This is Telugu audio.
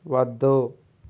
వద్దు